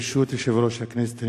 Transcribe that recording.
ברשות יושב-ראש הכנסת,